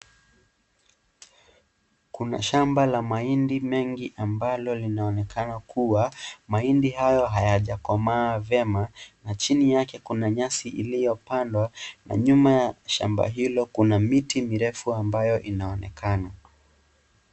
Kuna shamba la mahindi mengi ambalo linaonekana kuwa mahindi hayo hayajakomaa vyema na chini yake kuna nyasi iliyopandwa na nyuma ya shamba hilo kuna miti mirefu ambayo inaonekana.